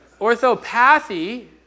Orthopathy